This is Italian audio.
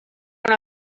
una